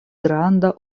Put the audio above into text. granda